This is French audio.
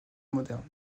moderne